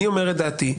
אני אומר את דעתי: